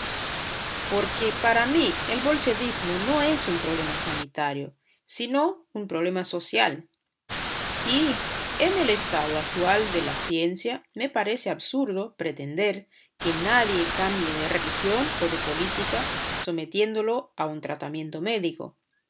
porque para mí el bolchevismo no es un problema sanitario sino un problema social y en el estado actual de la ciencia me parece absurdo pretender que nadie cambie de religión o de política sometiéndolo a un tratamiento médico